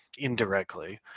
indirectly